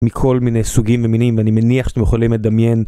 מכל מיני סוגים ומינים ואני מניח שאתם יכולים לדמיין.